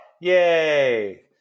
Yay